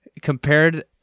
Compared